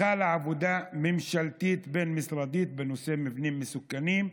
החלה עבודה ממשלתית בין-משרדית בנושא מבנים מסוכנים,